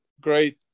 great